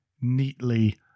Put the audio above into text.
neatly